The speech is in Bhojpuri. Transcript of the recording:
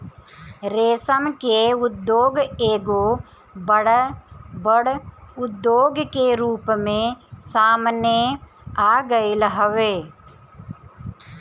रेशम के उद्योग एगो बड़ उद्योग के रूप में सामने आगईल हवे